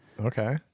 Okay